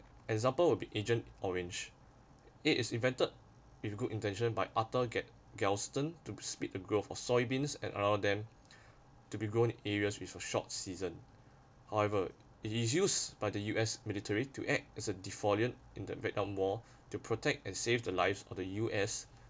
example will be agent orange it is invented with good intention by arthur get~ galston to split the growth of soybeans and allow them to be grown areas with a short season however it is used by the U_S military to act as a defoliant in the vietnam war to protect and save the lives of the U_S